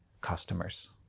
customers